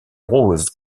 rose